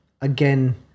again